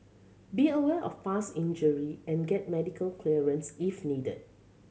be aware of past injury and get medical clearance if needed